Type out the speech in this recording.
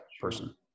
person